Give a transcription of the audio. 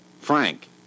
Frank